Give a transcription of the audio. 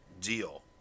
deal